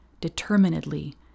determinedly